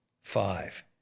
five